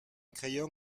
crayon